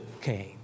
came